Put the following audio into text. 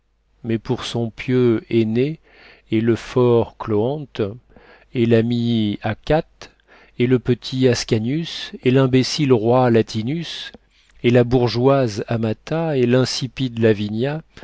mais pour son pieux énée et le fort cloanthe et l'ami achates et le petit ascanius et l'imbécile roi latinus et la bourgeoise amata et l'insipide lavinia